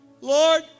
Lord